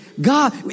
God